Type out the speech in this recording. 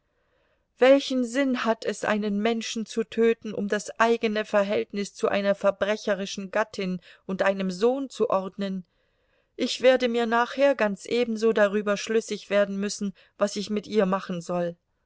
welchen sinn hat es einen menschen zu töten um das eigene verhältnis zu einer verbrecherischen gattin und einem sohn zu ordnen ich werde mir nachher ganz ebenso darüber schlüssig werden müssen was ich mit ihr machen soll